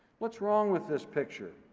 what's wrong with this picture?